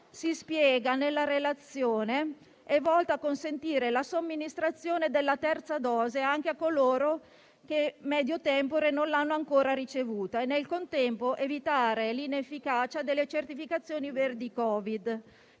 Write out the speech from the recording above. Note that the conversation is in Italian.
si spiega nella relazione - è volta a consentire la somministrazione della terza dose anche a coloro che, *medio tempore*, non l'hanno ancora ricevuta, e nel contempo a evitare l'inefficacia delle certificazioni verdi Covid